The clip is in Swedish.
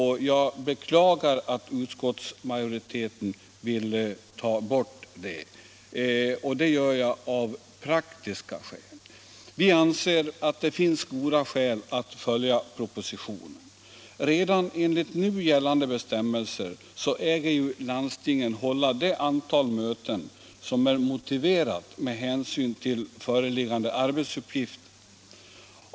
Jag beklagar att utskottsmajoriteten vill ta bort detta ställföreträdarskap, och det gör jag av praktiska skäl. Vi anser att det finns goda skäl att följa propositionen. Redan enligt nu gällande bestämmelser skall landstingen hålla det antal möten som är motiverat med hänsyn till föreliggande arbetsuppgifter.